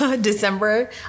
December